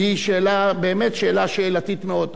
שהיא שאלה, באמת, שאלה שאלתית מאוד.